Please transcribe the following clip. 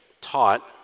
taught